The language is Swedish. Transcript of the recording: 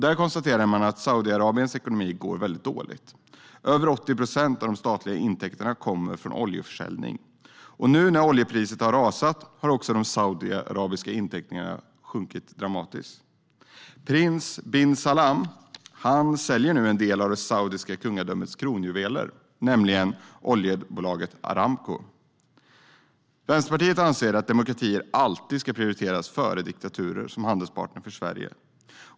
Där konstaterar man att Saudiarabiens ekonomi går väldigt dåligt. Över 80 procent av de statliga intäkterna kommer från oljeförsäljning. När oljepriset nu har rasat har också de saudiarabiska intäkterna sjunkit dramatiskt. Prins bin Salman säljer nu en del av det saudiska kungadömets kronjuveler, nämligen oljebolaget Aramco. Vänsterpartiet anser att demokratier alltid ska prioriteras före diktaturer som handelspartner för Sverige.